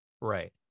Right